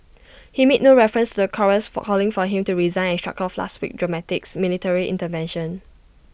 he made no reference the chorus for calling for him to resign and shrugged off last week dramatics military intervention